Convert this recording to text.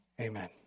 Amen